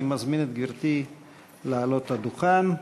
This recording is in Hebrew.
אני מזמין את גברתי לעלות לדוכן.